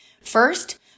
first